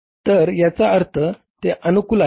तर याचा अर्थ ते अनुकूल आहेत